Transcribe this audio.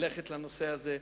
ללכת לנושא הזה.